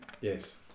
Yes